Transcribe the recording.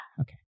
okay